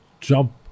jump